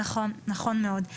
נכון מאוד.